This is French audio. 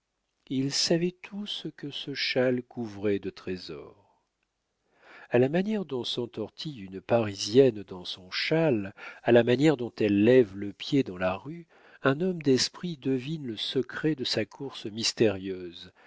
il savait tout ce que ce châle couvrait de trésors a la manière dont s'entortille une parisienne dans son châle à la manière dont elle lève le pied dans la rue un homme d'esprit devine le secret de sa course mystérieuse